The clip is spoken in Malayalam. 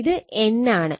ഇത് n ആണ്